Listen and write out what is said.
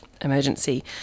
emergency